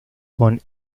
con